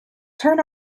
turn